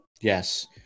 Yes